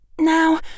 Now